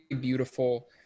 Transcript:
beautiful